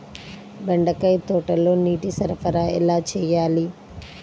బెండకాయ తోటలో నీటి సరఫరా ఎలా చేయాలి?